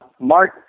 Mark